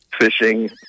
fishing